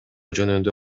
жөнүндө